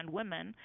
women